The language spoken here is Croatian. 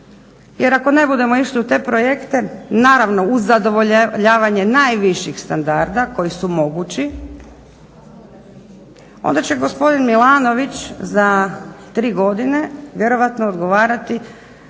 jer ako ne budemo išli u te projekte, naravno uz zadovoljavanje najviših standarda koji su mogući onda će gospodin Milanović za tri godine vjerovatno odgovarati